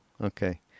Okay